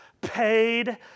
paid